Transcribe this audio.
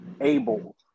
able